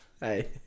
hey